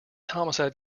homicide